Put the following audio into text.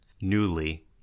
Newly